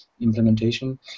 implementation